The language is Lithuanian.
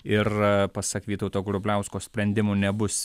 ir pasak vytauto grubliausko sprendimų nebus